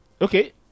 Okay